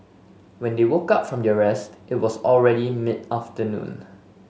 when they woke up from their rest it was already mid afternoon